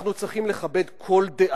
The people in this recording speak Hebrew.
אני חושב שאנחנו צריכים לכבד כל דעה.